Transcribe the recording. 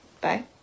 Bye